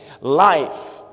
Life